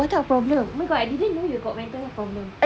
what type of problem oh my god I didn't know you got mental health problem